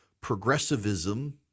Progressivism